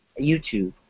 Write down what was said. YouTube